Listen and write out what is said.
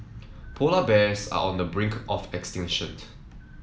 polar bears are on the brink of extinction